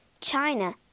china